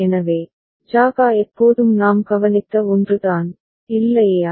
எனவே JA KA எப்போதும் நாம் கவனித்த 1 தான் இல்லையா